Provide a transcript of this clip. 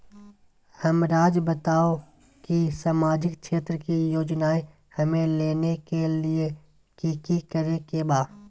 हमराज़ बताओ कि सामाजिक क्षेत्र की योजनाएं हमें लेने के लिए कि कि करे के बा?